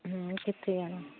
ਕਿੱਥੇ ਜਾਣਾ